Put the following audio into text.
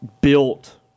built